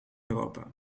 europa